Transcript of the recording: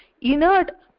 Inert